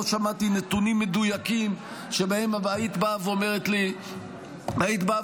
לא שמעתי נתונים מדויקים שבהם היית באה ואומרת לי: בדקתי,